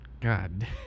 God